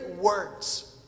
words